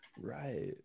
Right